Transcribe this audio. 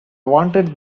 wanted